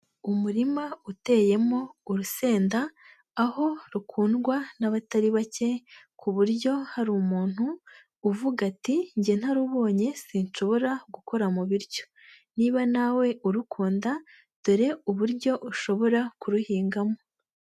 Umurima uteyemo urusenda, aho rukundwa n'abatari bake ku buryo hari umuntu uvuga ati njye ntarubonye sinshobora gukora mu biryo, niba nawe urukunda dore uburyo ushobora kuruhingamo.